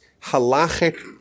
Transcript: Halachic